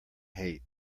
hate